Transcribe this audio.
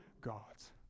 gods